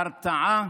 הרתעה